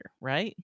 right